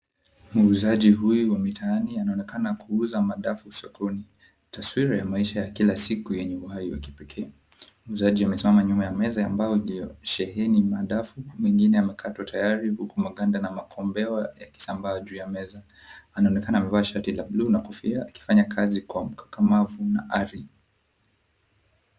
Muuzaji huyu wa mitaani anaonekana kuuza madafu sokoni taswira ya maisha ya kila siku yenye uhai wa kipekee. Mwuzaji amesimama nyuma ya meza ya mbao iliyosheheni madafu mengine yamekatwa tayari maganda na makombeo yakisambaa juu ya meza anaonekana amevaa shati la bluu na kofia akifanya kazi kwa ukakamavu na ari.